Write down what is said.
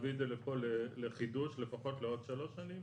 להביא את זה לפה לחידוש לפחות לעוד שלוש שנים.